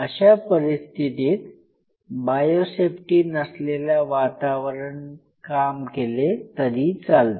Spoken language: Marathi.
अशा परिस्थितीत बायो सेफ्टी नसलेल्या वातावरण काम केले तरी चालते